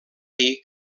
dir